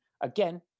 again